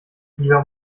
lieber